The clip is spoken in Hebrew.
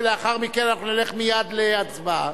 ולאחר מכן אנחנו נלך מייד להצבעה.